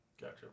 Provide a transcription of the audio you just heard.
Gotcha